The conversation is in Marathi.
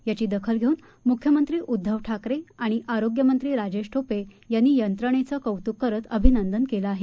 याची दखल घेऊन मुख्यमंत्री उद्घव ठाकरे आणि आरोग्यमंत्री राजेश टोपे यांनी यंत्रणेनेचं कौतूक करत अभिनंदन केलं आहे